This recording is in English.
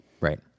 Right